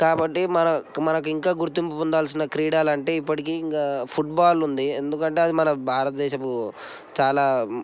కాబట్టి మన మనకు ఇంకా గుర్తింపు పొందాల్సిన క్రీడాలు అంటే ఇప్పటికి ఇంకా ఫుడ్బాలు ఉంది ఎందుకంటే అది మన భారతదేశపు చాలా